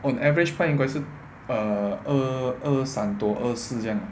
on average 看应该是 err 二二三多二四这样 ah